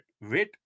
Wait